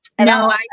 No